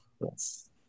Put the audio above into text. Yes